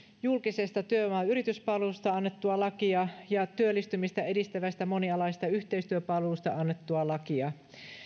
julkisesta työvoima ja yrityspalvelusta annettua lakia ja työllistymistä edistävästä monialaisesta yhteispalvelusta annettua lakia